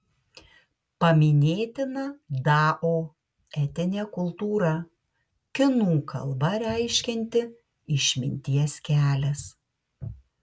paminėtina dao etinė kultūra kinų kalba reiškianti išminties kelias